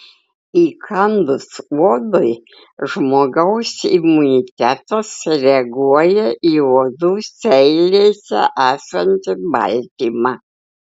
įkandus uodui žmogaus imunitetas reaguoja į uodų seilėse esantį baltymą